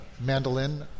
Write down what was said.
mandolin